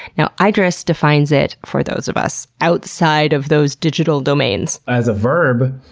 now, iddris defines it for those of us outside of those digital domains. as a verb,